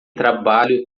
trabalho